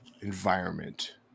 environment